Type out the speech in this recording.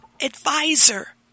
advisor